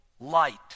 light